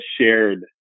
shared